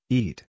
eat